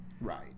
Right